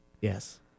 Yes